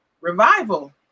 revival